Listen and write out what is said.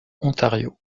ontario